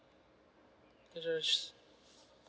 insurance